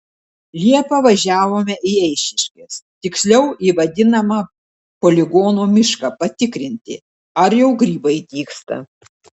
liepą važiavome į eišiškes tiksliau į vadinamą poligono mišką patikrinti ar jau grybai dygsta